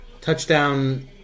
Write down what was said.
touchdown